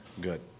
good